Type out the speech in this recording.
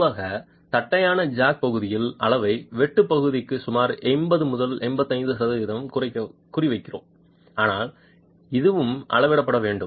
பொதுவாக தட்டையான ஜாக் பகுதியின் அளவை வெட்டு பகுதிக்கு சுமார் 80 85 சதவிகிதம் குறிவைக்கிறோம் ஆனால் இதுவும் அளவிடப்பட வேண்டும்